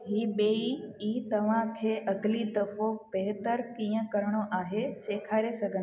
ही ॿेई ई तव्हांखे अॻिली दफ़ो बेहतरु कींअ करिणो आहे सेखारे सघनि